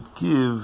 give